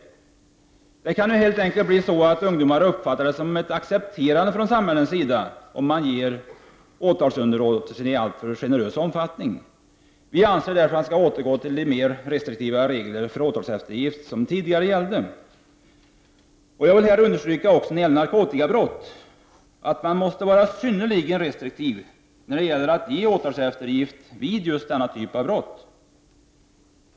Ungdomar kan helt enkelt uppfatta det som att samhället accepterar brotten i fråga om vi ger åtalsunderlåtelser i alltför generös omfattning. Vi anser därför att man skall återgå till de mer restriktiva regler för åtalseftergift som tidigare gällde. Jag vill också understryka att man måste vara synnerligen restriktiv med att ge åtalseftergift vid narkotikabrott.